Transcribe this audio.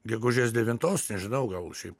gegužės devintos nežinau gal šiaip